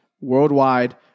worldwide